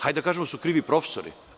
Hajde da kažemo da su krivi profesori.